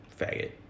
faggot